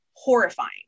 horrifying